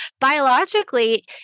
Biologically